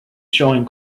showing